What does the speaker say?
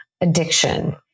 addiction